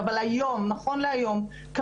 אבל נכון להיום,